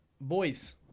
boys